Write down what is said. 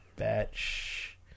Batch